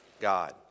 God